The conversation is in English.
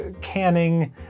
canning